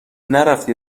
نرفتی